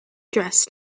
dressed